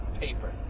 paper